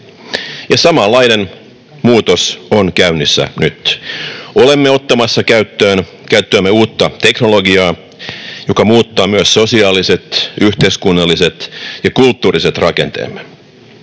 samanlainen muutos on käynnissä nyt. Olemme ottamassa käyttöömme uutta teknologiaa, joka muuttaa myös sosiaaliset, yhteiskunnalliset ja kulttuuriset rakenteemme.